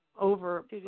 over